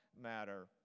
matter